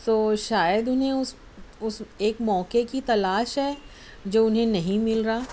تو شاید اُنھیں اُس اُس ایک موقع کی تلاش ہے جو اِنھیں نہیں مِل رہا